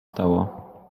stało